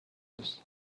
ist